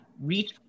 reach